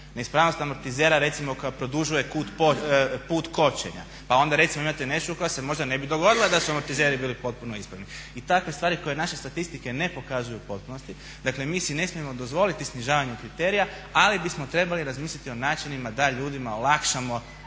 Neispravnost amortizera recimo koja produžuje put kočenja. Pa onda recimo imate nesreću koja se možda ne bi dogodila da su amortizeri bili potpuno ispravni i takve stvari koje naše statistike ne pokazuju u potpunosti. Dakle, mi si ne smijemo dozvoliti snižavanje kriterija, ali bismo trebali razmisliti o načinima da ljudima olakšamo pristup